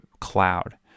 cloud